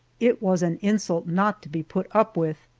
it was an insult not to be put up with,